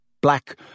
Black